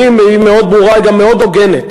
היא מאוד ברורה, היא גם מאוד הוגנת